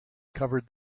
covered